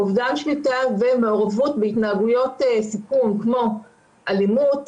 אובדן שליטה ומעורבות בהתנהגויות סיכון כמו אלימות,